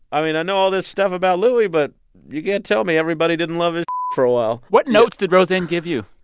i mean, i know all this stuff about louis, but you can't tell me everybody didn't love his for a while what notes did roseanne give you?